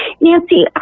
Nancy